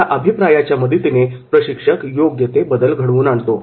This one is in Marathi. या अभिप्रायाच्या मदतीने प्रशिक्षक योग्य ते बदल घडवून आणतो